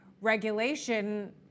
regulation